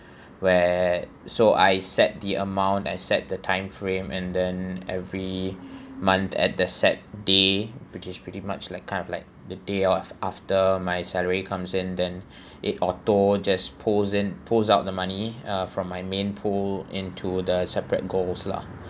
where so I set the amount I set the time frame and then every month at the set day pretty pretty much like kind of like the day of after my salary comes in then it auto just pulls in pulls out the money uh from my main pool into the separate goals lah